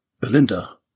Belinda